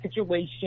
situation